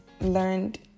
learned